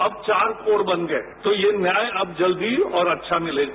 अब चार कोण बन गये तो यह न्याय अब जल्दी और अच्छा मिलेगा